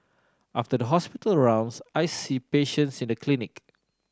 after the hospital rounds I see patients in the clinic